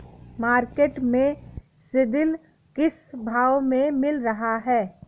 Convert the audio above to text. Market में सीद्रिल किस भाव में मिल रहा है?